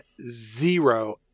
zero